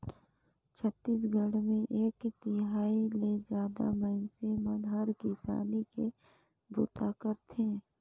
छत्तीसगढ़ मे एक तिहाई ले जादा मइनसे मन हर किसानी के बूता करथे